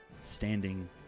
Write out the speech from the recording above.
standing